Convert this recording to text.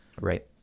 Right